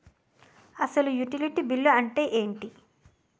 అసలు utility bill అంతే ఎంటి?